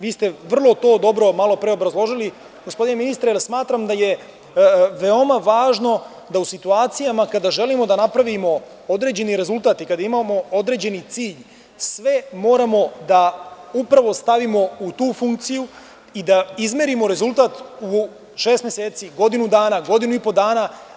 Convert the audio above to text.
Vi ste vrlo dobro to malopre obrazložili, gospodine ministre, jer smatram da je veoma važno da u situacijama kada želimo da napravimo određeni rezultat i kada imamo određeni cilj, sve moramo da upravo stavimo u tu funkciju i da izmerimo rezultat u šest meseci, godinu dana, godinu i po dana.